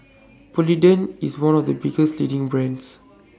Polident IS one of The biggest leading brands